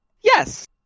Yes